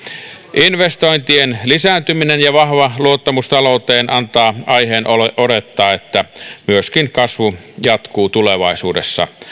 investointien lisääntyminen ja vahva luottamus talouteen antaa aiheen olettaa että kasvu jatkuu myöskin tulevaisuudessa